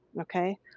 Okay